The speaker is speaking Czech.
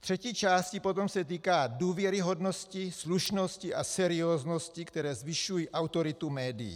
V třetí části potom se týká důvěryhodnosti slušnosti a serióznosti, které zvyšují autoritu médií.